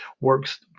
Works